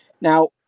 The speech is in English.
Now